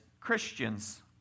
Christians